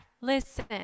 Listen